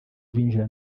abinjira